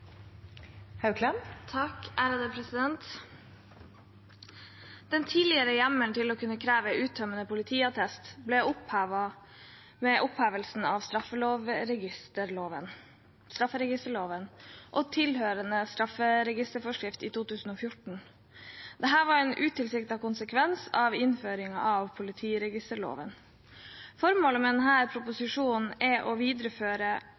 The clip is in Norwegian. bedt om ordet. Den tidligere hjemmelen til å kunne kreve uttømmende politiattest ble opphevet ved opphevelsen av strafferegisterloven og tilhørende strafferegisterforskrift i 2014. Dette var en utilsiktet konsekvens av innføringen av politiregisterloven. Formålet med denne proposisjonen er å